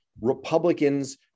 Republicans